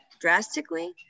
drastically